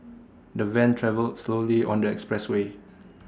the van travelled slowly on the expressway